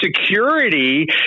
security